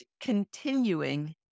continuing